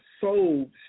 sold